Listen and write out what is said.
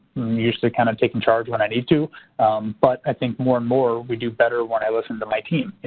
used to kind of taking charge when i need to but i think more and more, we do better when i listen to my team.